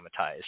traumatized